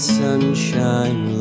sunshine